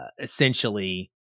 Essentially